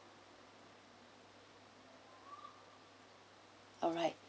alright